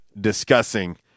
discussing